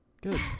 Good